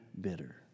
bitter